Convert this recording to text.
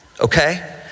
okay